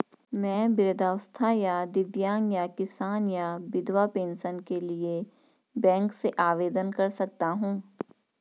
मैं वृद्धावस्था या दिव्यांग या किसान या विधवा पेंशन के लिए बैंक से आवेदन कर सकता हूँ?